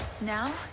Now